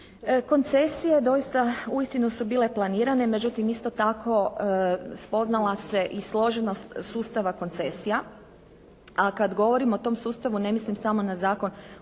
Koncesije doista uistinu su bile planirane, međutim isto tako spoznala se i složenost sustava koncesija, a kada govorimo o tom sustavu ne mislim samo na Zakon